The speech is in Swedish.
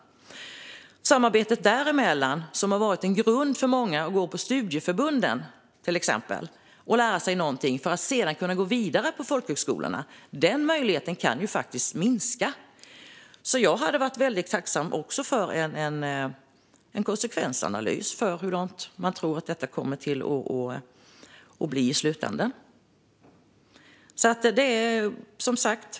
Samarbetet däremellan har varit en grund för många. De har till exempel gått på utbildning hos studieförbunden för att lära sig någonting för att sedan kunna gå vidare på folkhögskolorna. Den möjligheten kan faktiskt minska. Jag hade varit väldigt tacksam för en konsekvensanalys av hur man tror att detta kommer att bli i slutänden.